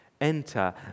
enter